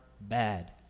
bad